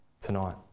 tonight